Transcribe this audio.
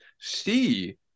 see